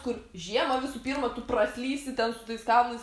kur žiemą visų pirma tu praslysi ten su tais kablais